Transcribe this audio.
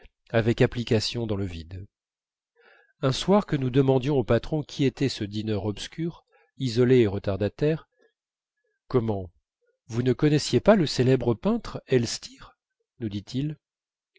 avec application dans le vide un soir que nous demandions au patron qui était ce dîneur obscur isolé et retardataire comment vous ne connaissiez pas le célèbre peintre elstir nous dit-il